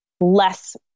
less